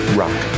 rock